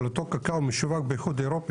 אבל אותו קקאו משווק באיחוד אירופי.